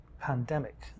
pandemic